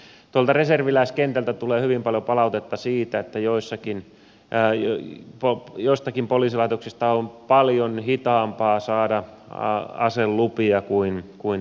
tuolta reserviläiskentältä tulee hyvin paljon palautetta siitä että joistakin poliisilaitoksista on paljon hitaampaa saada aselupia kuin toisista